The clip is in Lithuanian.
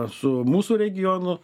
su mūsų regionu